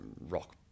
rock